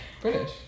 British